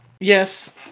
Yes